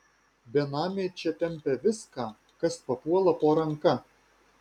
benamiai čia tempia viską kas papuola po ranka